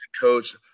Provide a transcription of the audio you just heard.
coach